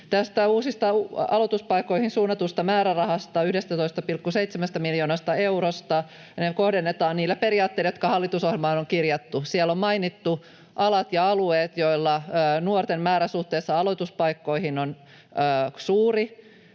Tämä uusiin aloituspaikkoihin suunnattu määräraha, 11,7 miljoonaa euroa, kohdennetaan niillä periaatteilla, jotka hallitusohjelmaan on kirjattu. Siellä on mainittu alat ja alueet, joilla nuorten määrä suhteessa aloituspaikkoihin on suuri,